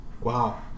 wow